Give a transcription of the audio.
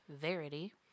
Verity